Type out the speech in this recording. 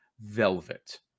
Velvet